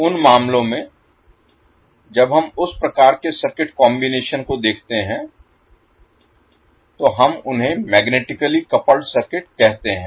उन मामलों में जब हम उस प्रकार के सर्किट कॉम्बिनेशन को देखते हैं तो हम उन्हें मैग्नेटिकली कपल्ड सर्किट कहते हैं